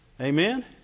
Amen